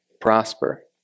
prosper